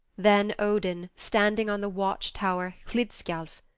then odin, standing on the watch-tower hlidskjalf,